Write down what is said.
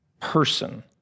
person